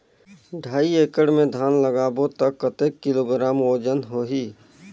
ढाई एकड़ मे धान लगाबो त कतेक किलोग्राम वजन होही?